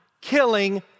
killing